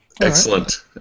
Excellent